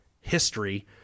history